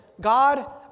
God